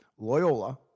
Loyola